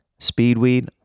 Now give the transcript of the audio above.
Speedweed